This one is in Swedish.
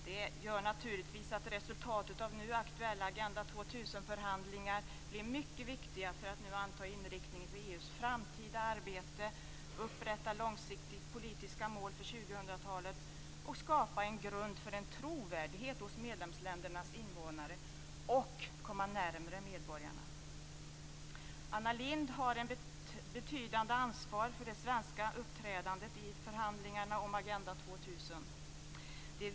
Det gör naturligtvis att resultatet av nu aktuella Agenda 2000 förhandlingar blir mycket viktigt för att nu anta inriktningen för EU:s framtida arbete, upprätta långsiktiga politiska mål för 2000-talet, skapa en grund för en trovärdighet hos medlemsländernas invånare och komma närmare medborgarna. Anna Lindh har ett betydande ansvar för det svenska uppträdandet i förhandlingarna om Agenda 2000.